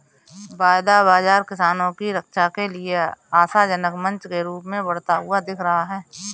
वायदा बाजार किसानों की रक्षा के लिए आशाजनक मंच के रूप में बढ़ता हुआ दिख रहा है